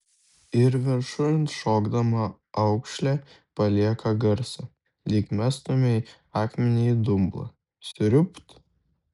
ir viršun šokdama aukšlė palieka garsą lyg mestumei akmenį į dumblą sriubt